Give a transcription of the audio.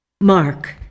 Mark